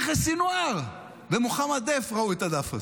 יחיא סנוואר ומוחמד דף ראו את הדף הזה,